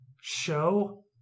show